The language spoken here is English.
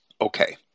Okay